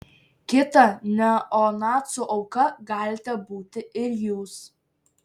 kita neonacių auka galite būti ir jūs